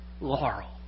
Laurel